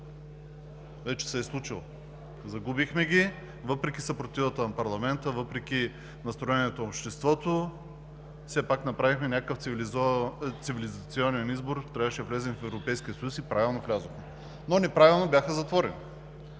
вече се е случило – загубихме ги, въпреки съпротивата на парламента, въпреки настроението в обществото. Все пак направихме някакъв цивилизационен избор – трябваше да влезем в Европейския съюз, и правилно влязохме. Но неправилно бяха затворени.